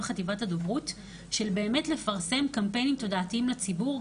חטיבת הדוברות של לפרסם קמפיינים תודעתיים לציבור,